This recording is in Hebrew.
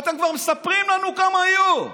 אתם כבר מספרים לנו כמה יהיו.